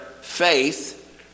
faith